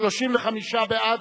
35 בעד.